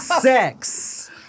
Sex